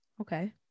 Okay